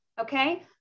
Okay